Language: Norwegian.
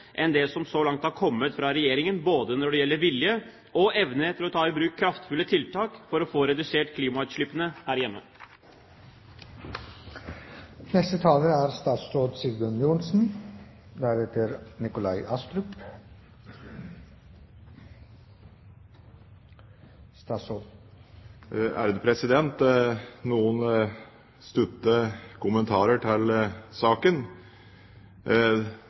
enn det som så langt har kommet fra Regjeringen, både når det gjelder vilje og evne til å ta i bruk kraftfulle tiltak for å få redusert klimautslippene her hjemme. Noen korte kommentarer til saken.